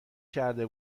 کرده